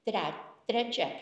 tre trečia